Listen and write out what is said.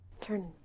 Turn